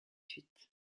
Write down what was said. huit